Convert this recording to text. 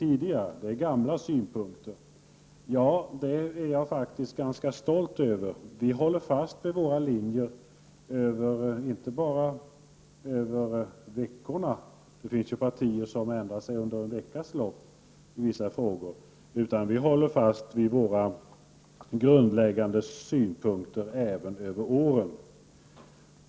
Ja, det gör vi, och det är jag faktiskt ganska stolt över. Vi håller fast vid vår linje inte bara över veckorna — det finns som bekant partier som ändrar sin uppfattning i vissa frågor vecka för vecka — utan vi håller fast vid våra grundläggande synpunkter även över åren.